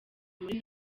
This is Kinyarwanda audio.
muri